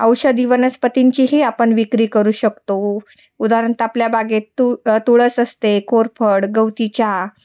औषधी वनस्पतींचीही आपण विक्री करू शकतो उदाहरणत आपल्या बागेत तू तुळस असते कोरफड गवती चहा